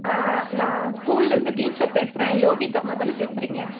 நான் ஸ்கூல்லேருந்து டீச்சர் பேசுகிறேன் யோகித் அம்மாதானே பேசுகிறீங்க